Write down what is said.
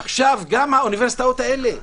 עכשיו זה גם האוניברסיטאות האלה,